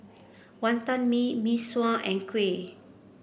Wantan Mee Mee Sua and kuih